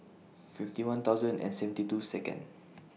fifty one thousand and seventy two Second